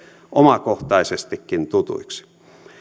omakohtaisestikin tutuiksi